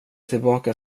tillbaka